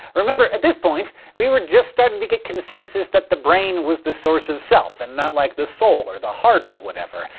remember, at this point we were just starting to get consensus that the brain was the source of self and not like the soul or the heart or whatever.